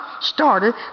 started